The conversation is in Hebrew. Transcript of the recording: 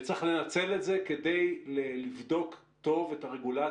וצריך לנצל את זה כדי לבדוק טוב את הרגולציה.